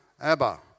Abba